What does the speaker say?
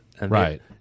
right